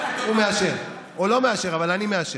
הוא מאשר, הוא לא מאשר, אבל אני מאשר.